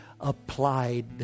applied